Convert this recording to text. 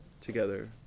together